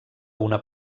una